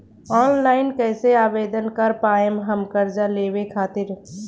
Online कइसे आवेदन कर पाएम हम कर्जा लेवे खातिर?